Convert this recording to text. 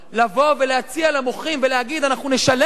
לבוא ולהציע למוחים ולהגיד: אנחנו נשלם,